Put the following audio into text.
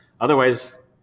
otherwise